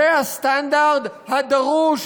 זה הסטנדרט הדרוש,